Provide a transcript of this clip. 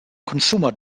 consumer